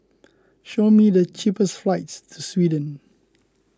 show me the cheapest flights to Sweden